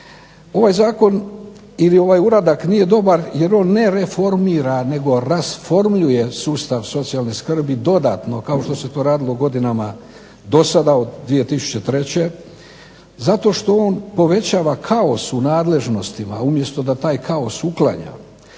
Ovaj zakon ili ovaj uradak nije dobar jer on ne reformira nego rasformljuje sustav socijalne skrbi dodatno kao što se to radilo godinama do sada od 2003. Zato što on povećava kaos u nadležnostima umjesto da taj kaos uklanja.